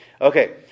Okay